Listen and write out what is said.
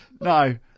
No